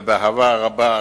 ובאהבה רבה,